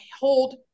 hold